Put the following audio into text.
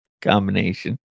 combination